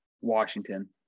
Washington